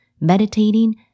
meditating